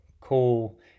cool